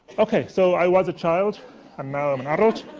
okay, so i was a child and now i'm an adult.